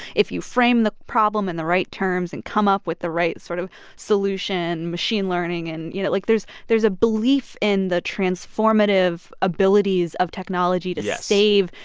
if you frame the problem in the right terms and come up with the right sort of solution machine-learning. and, you know, like, there's there's a belief in the transformative abilities of technology. yes. to save.